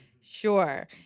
sure